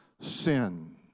sin